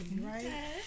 right